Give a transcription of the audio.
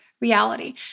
reality